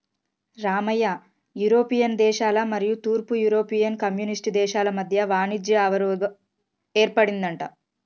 Ramayya European దేశాల మరియు తూర్పు యూరోపియన్ కమ్యూనిస్ట్ దేశాల మధ్య వాణిజ్య అవరోధం ఏర్పడిందంట